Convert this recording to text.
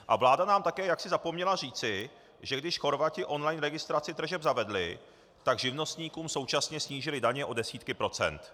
A vláda nám také jaksi zapomněla říci, že když Chorvati online registraci tržeb zavedli, tak živnostníkům současně snížili daně o desítky procent.